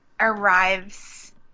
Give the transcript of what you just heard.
arrives